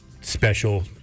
special